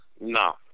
No